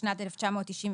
התשנ"ט-1999